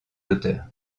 auteur